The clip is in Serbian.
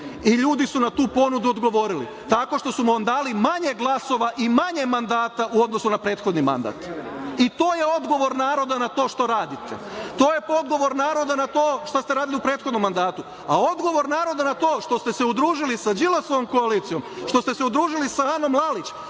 i ljudi su na tu ponudu odgovorili tako što su vam dali manje glasova i manje mandata u odnosu na prethodni mandat. I, to je odgovor naroda na to što radite. To je odgovor naroda na to šta ste radili u prethodnom mandatu, a odgovor naroda na to što ste se udružili sa Đilasovom koalicijom, što ste se udružili sa Anom Lalić,